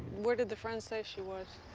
where did the friend say she was?